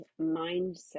mindset